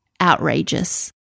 outrageous